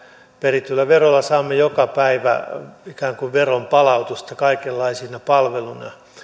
perityllä verolla saamme joka päivä ikään kuin veronpalautusta kaikenlaisina palveluina